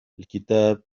الكتاب